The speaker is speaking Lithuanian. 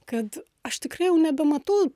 kad aš tikrai jau nebematau